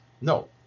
No